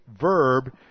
verb